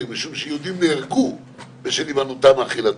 משום שיהודים נהרגו בשל הימנעותם מאכילתו.